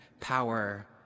power